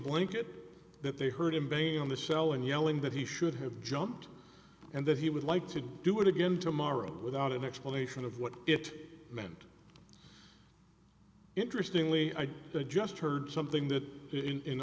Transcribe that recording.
blanket that they heard him banging on the cell and yelling that he should have jumped and that he would like to do it again tomorrow without an explanation of what it meant interesting lee i'd just heard something that in a